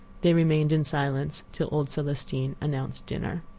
they remained in silence till old celestine announced dinner.